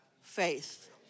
Faith